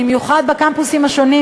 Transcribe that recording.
במיוחד בקמפוסים השונים,